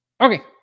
Okay